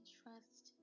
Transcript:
trust